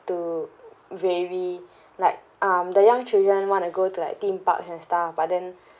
to vary like um the young children want to go to like theme parks and stuff but then